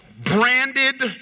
Branded